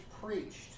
preached